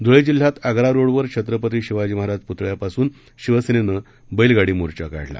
धुळे जिल्ह्यात आग्रारोडवरील छत्रपती शिवाजी महाराज पुतळ्यापासून शिवसेनेने बैलगाडी मोर्चा काढला